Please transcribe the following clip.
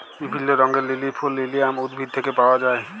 বিভিল্য রঙের লিলি ফুল লিলিয়াম উদ্ভিদ থেক্যে পাওয়া যায়